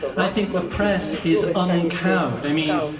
i think the press is uncalled. i mean,